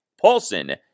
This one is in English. Paulson